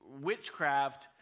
witchcraft